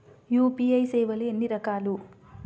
UPI సేవలు ఎన్నిరకాలు?